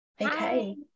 Okay